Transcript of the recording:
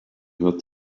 heard